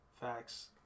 Facts